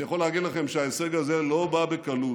אני יכול להגיד לכם שההישג הזה לא בא בקלות,